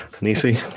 Nisi